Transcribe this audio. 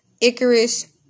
Icarus